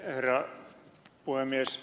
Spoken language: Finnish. herra puhemies